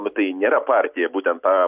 nu tai nėra partija būtent ta